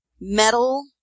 metal